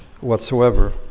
whatsoever